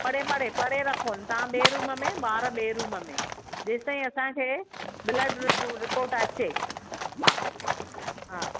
परे परे परे रखोनि तव्हां ॿिए रूम में ॿार ॿिए रूम में जेसि ताईं असांखे ब्लड रिपो रिपोर्ट अचे हा हा